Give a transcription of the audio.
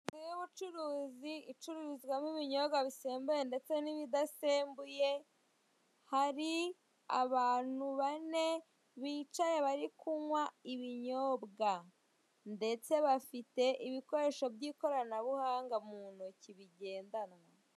Inzu y'ubucuruzi icururizwamo ibinyobwa bisembuye n'ibidasembuye hari abantu bane bicaye bari kunywa ibinyobwa. Ndetse bafite ibikoresho by'ikoranabuhanga mu ntoki bigendanwa.